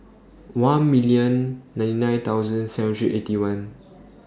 one million ninety nine thousand seven hundred Eighty One